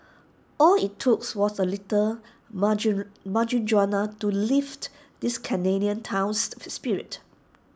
all IT took was A little marijuana to lift this Canadian town's spirits